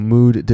Mood